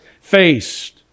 faced